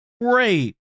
great